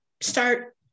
start